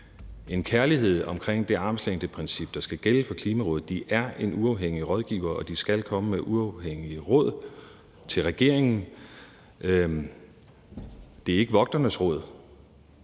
en kærlighed omkring det armslængdeprincip, der skal gælde for Klimarådet. De er en uafhængig rådgiver, og de skal komme med uafhængige råd til regeringen. Det er ikke Vogternes Råd,